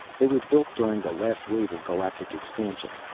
they were built during the last wave of galactic expansion.